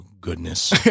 goodness